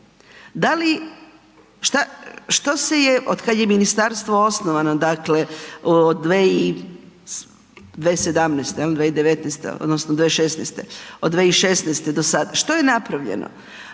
da li, šta se je otkad je ministarstvo osnovano dakle od 2017., 2019., odnosno 2016. od 2016. do sada, što je napravljeno?